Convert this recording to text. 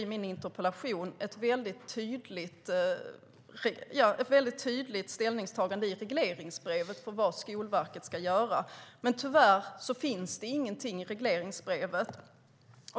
I min interpellation föreslog jag ett tydligt ställningstagande i regleringsbrevet för vad Skolverket ska göra. Tyvärr finns det ingenting i regleringsbrevet.